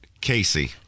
Casey